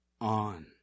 on